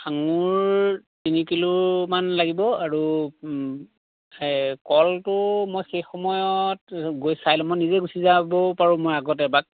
আঙুৰ তিনি কিলোমান লাগিব আৰু কলটো সেই সময়ত মই গৈ চাই লম মই নিজেই গুচি যাব পাৰোঁ মই আগতে এপাক